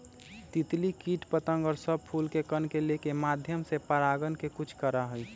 तितली कीट पतंग और सब फूल के कण के लेके माध्यम से परागण के कुछ करा हई